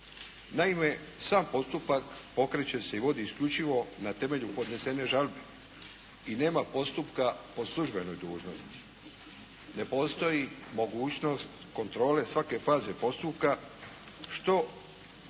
Naime, sam postupak pokreće se i vodi isključivo na temelju podnesene žalbe i nema postupka po službenoj dužnosti. Ne postoji mogućnost kontrole svake faze postupka što